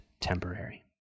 temporary